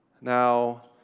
Now